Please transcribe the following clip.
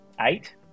eight